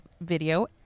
video